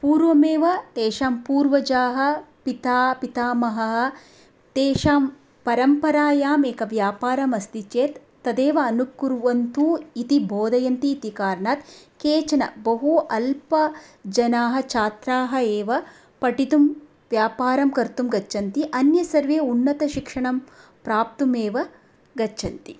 पूर्वमेव तेषां पूर्वजाः पिता पितामहः तेषां परम्परायाम् एकं व्यापारमस्ति चेत् तदेव अनुकुर्वन्तु इति बोधयन्तीति कारणात् केचन बहु अल्पजनाः छात्राः एव पठितुं व्यापारं कर्तुं गच्छन्ति अन्य सर्वे उन्नतशिक्षणं प्राप्तुमेव गच्छन्ति